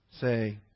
say